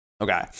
Okay